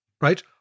Right